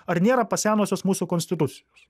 ar nėra pasenusios mūsų konstitucijos